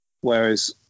Whereas